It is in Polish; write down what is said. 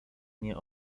mnie